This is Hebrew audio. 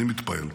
אני מתפעל,